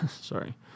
sorry